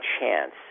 chance